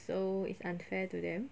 so it's unfair to them